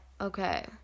okay